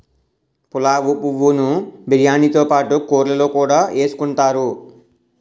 పులావు పువ్వు ను బిర్యానీతో పాటు కూరల్లో కూడా ఎసుకుంతారు